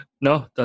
No